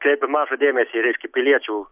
kreipia mažą dėmesį į reiškia piliečių